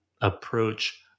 approach